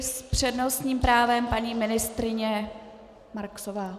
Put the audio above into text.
S přednostním právem paní ministryně Marksová.